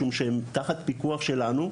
משום שהם תחת פיקוח שלנו.